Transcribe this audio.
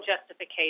justification